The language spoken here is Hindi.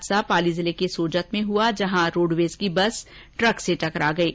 पहला हादसा पाली जिले के सोजत में हुआ जहां रोडवेज की एक बस ट्रक से टकरा गयी